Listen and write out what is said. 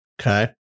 okay